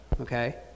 okay